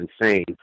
insane